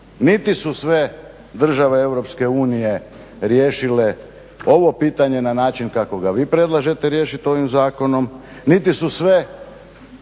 Niti su sve države EU riješile ovo pitanje na način kako ga vi predlažete riješiti ovim zakonom, niti su sve